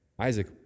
Isaac